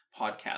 podcast